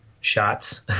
shots